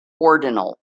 ordinal